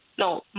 No